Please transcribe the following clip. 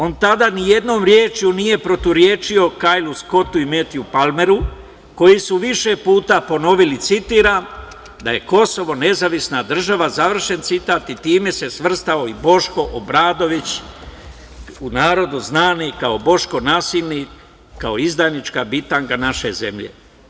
On tada ni jednom rečju nije protivrečio Kajlu Skotu i Metiju Palmeru, koji su više puta ponovili, citiram - da je Kosovo nezavisna država, završen citat i time se svrstao i Boško Obradović, u narodu znani kao Boško nasilnik, kao izdajnička bitanga naše zemlje.